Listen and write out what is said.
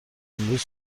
امروز